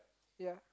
ya